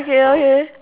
K okay